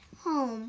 Home